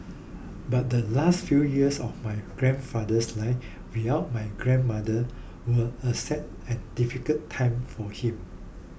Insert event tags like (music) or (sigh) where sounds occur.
(noise) but the last few years of my grandfather's life without my grandmother were a sad and difficult time for him